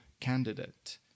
candidate